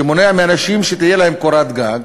מונע מאנשים שתהיה להם קורת גג,